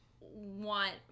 want